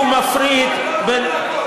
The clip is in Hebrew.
אתה פגעת,